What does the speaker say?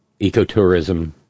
ecotourism